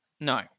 No